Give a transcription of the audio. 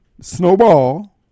Snowball